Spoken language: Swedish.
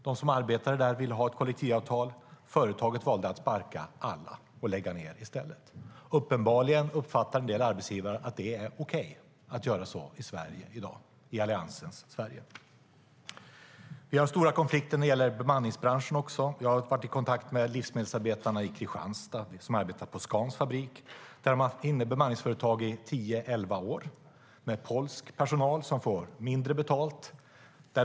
De som arbetade där ville ha ett kollektivavtal, och företaget valde att sparka alla och lägga ned i stället. Uppenbarligen uppfattar en del arbetsgivare att det är okej att göra så i Alliansens Sverige i dag. Vi har stora konflikter när det gäller bemanningsbranschen. Jag har varit i kontakt med livsmedelsarbetarna i Kristianstad som arbetar på Scans fabrik. Där har man haft ett bemanningsföretag inne i tio elva år med polsk personal som får mindre betalt.